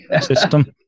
system